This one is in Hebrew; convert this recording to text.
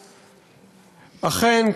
אכן,